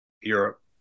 Europe